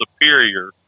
superior